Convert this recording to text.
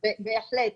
בהחלט.